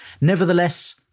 Nevertheless